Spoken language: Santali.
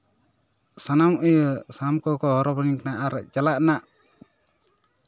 ᱥᱟᱱᱟᱢ ᱤᱭᱟᱹ ᱥᱟᱱᱟᱢ ᱠᱚᱠᱚ ᱦᱚᱨᱚ ᱵᱚᱨᱚᱧ ᱠᱟᱱᱟ ᱟᱨ ᱪᱟᱞᱟᱜ ᱨᱮᱱᱟᱜ